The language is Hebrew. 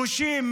גושים,